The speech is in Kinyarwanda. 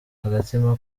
agatima